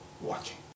watching